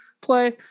play